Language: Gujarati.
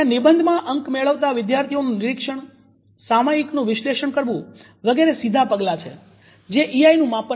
ત્યાં નિબંધમાં અંક મેળવતા વિદ્યાર્થીઓનું નિરીક્ષણ સામયિકનું વિશ્લેષણ કરવું વગેરે સીધા પગલાં છે જે ઇઆઇ નું માપન કરે છે